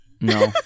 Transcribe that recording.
No